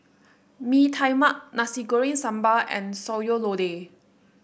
Bee Tai Mak Nasi Goreng Sambal and Sayur Lodeh